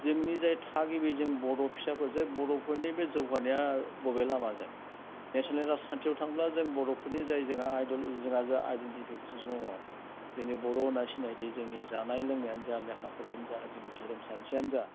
जोंनि जाय थागिबि जों बर' फिसाफोर जाय बर'फोरनि बे जौगानाया बबे लामाजों नेसनेल राजखान्थियाव थांब्ला जों बर'फोरनि जाय जोंहा आयद'ल'जि जोंहा जा आइडेन्टिफिकेसन दङ जोंनि बर' होनना सिनायथि जोंनि जानाय लोंनायानो जा लेखा फरायानो जा जोंनि धोरोम सानस्रियानो जा